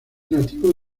nativo